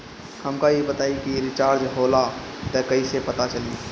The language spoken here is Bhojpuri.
हमका ई बताई कि रिचार्ज होला त कईसे पता चली?